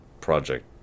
project